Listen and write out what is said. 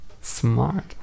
Smart